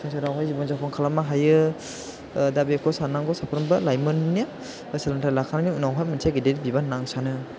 संसाराव जेखन थेखन खालामनो हायो दा बेखौ सान्नांगौ साफ्रोमबो लाइमोननो सोलोंथाइ लाखांनायनि उनाव हाय मोनसे गिदिर बिबान होनना आं सानो